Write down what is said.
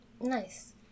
Nice